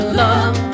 love